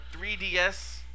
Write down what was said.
3DS